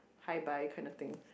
hi bye kinda thing